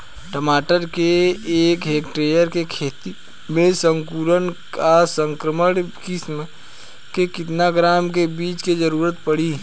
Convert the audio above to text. टमाटर के एक हेक्टेयर के खेती में संकुल आ संकर किश्म के केतना ग्राम के बीज के जरूरत पड़ी?